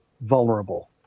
vulnerable